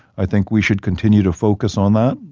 i think we should continue to focus on that.